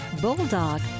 bulldog